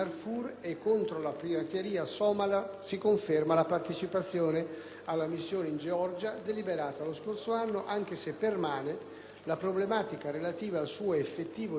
alla missione in Georgia, deliberata lo scorso anno, seppure permane la problematica relativa al suo effettivo dispiegamento anche in Abkhazia e Ossezia meridionale.